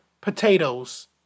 potatoes